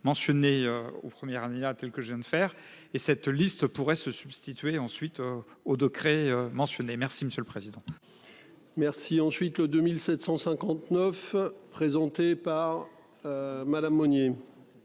mentionnés au premier Rania telle que je viens de faire et cette liste pourrait se substituer ensuite aux de créer. Merci Monsieur le Président. Merci, ensuite le 2759 présenté par. Madame Monier.